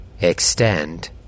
Extend